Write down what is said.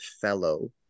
Fellow